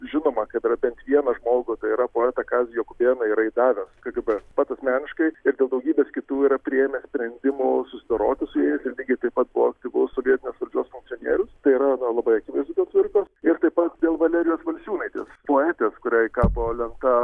žinoma kad yra bent vieną žmogų tai yra poetą kazį jokubėną yra įdavęs kgb pats asmeniškai ir dėl daugybės kitų yra priėmęs sprendimų susidoroti su jais ir lygiai taip pat buvo aktyvus sovietinės valdžios funkcionierius tai yra na labai akivaizdu dėl cvirkos ir taip pat dėl valerijos valsiūnaitės poetės kuriai kabo lenta